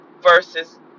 versus